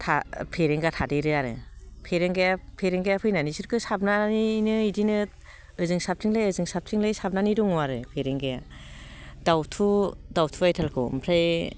था फेरेंगा थादेरो आरो फेरेंगाया फैनानै बिसोरखौ साबनानैनो बिदिनो ओजों साबथिंलाय ओजों साबथिंलाय साबनानै दङ आरो फेरेंगाया दाउथु आयथालखौ ओमफ्राय